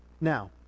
Now